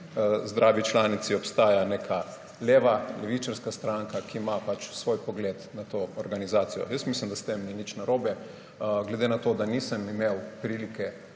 zdravi članici obstaja neka levičarska stranka, ki ima pač svoj pogled na to organizacijo. Jaz mislim, da s tem ni nič narobe. Glede na to, da nisem imel prilike